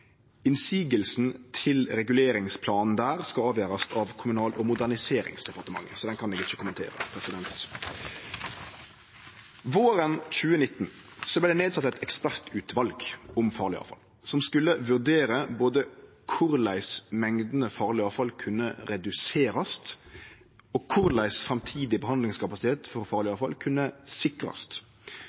til reguleringsplanen der skal avgjerast av Kommunal- og moderniseringsdepartementet, så den kan eg ikkje kommentere. Våren 2019 vart det sett ned eit ekspertutval om farleg avfall som skulle vurdere både korleis mengdene farleg avfall kunne reduserast, og korleis framtidig behandlingskapasitet for farleg avfall kunne sikrast.